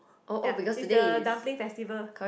ya it's the dumpling festival